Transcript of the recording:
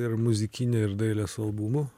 ir muzikinė ir dailės albumų